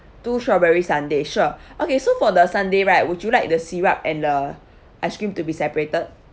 two strawberry sundae sure okay so for the sundae right would you like the syrup and uh ice cream to be separated